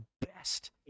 best